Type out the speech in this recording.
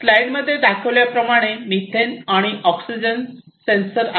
स्लाईडमध्ये दाखवल्याप्रमाणे मिथेन आणि ऑक्सीजन सेन्सर्स आहेत